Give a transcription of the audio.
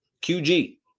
QG